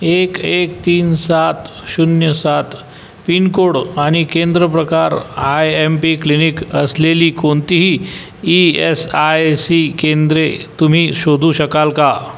एक एक तीन सात शून्य सात पिनकोड आणि केंद्र प्रकार आय एम पी क्लिनिक असलेली कोणतीही ई एस आय सी केंद्रे तुम्ही शोधू शकाल का